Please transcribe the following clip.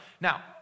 Now